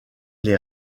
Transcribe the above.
les